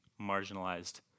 marginalized